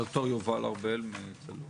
ד"ר יובל ארבל מצלול.